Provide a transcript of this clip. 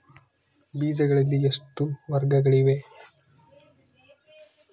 ಬೇಜಗಳಲ್ಲಿ ಎಷ್ಟು ವರ್ಗಗಳಿವೆ?